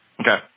Okay